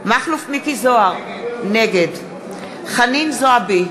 מכלוף מיקי זוהר, נגד חנין זועבי,